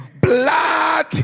blood